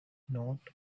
not